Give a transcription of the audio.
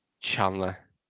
Chandler